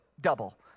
double